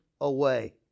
away